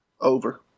over